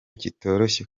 kitoroshye